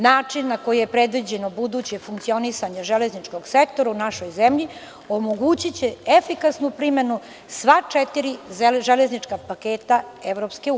Način na koji je predviđeno buduće funkcionisanje železničkog sektora u našoj zemlji omogućiće efikasnu primenu sva četiri železnička paketa EU.